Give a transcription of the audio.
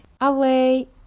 away